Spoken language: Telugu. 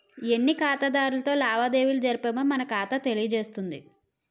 ఎన్ని ఖాతాదారులతో లావాదేవీలు జరిపామో మన ఖాతా తెలియజేస్తుంది